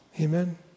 Amen